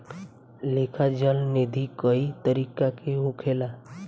लेखा चल निधी कई तरीका के होखेला